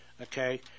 okay